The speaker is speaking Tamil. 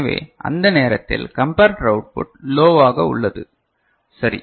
எனவே அந்த நேரத்தில் கம்பரடர் அவுட் புட் லோவாக உள்ளது சரி